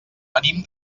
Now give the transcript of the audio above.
venim